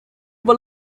were